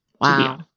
Wow